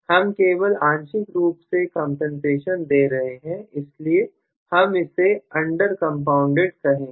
हम केवल आंशिक रूप से कंपनसेशन दे रहे हैं इसलिए हम इसे अंडर कंपाउंडेड कहेंगे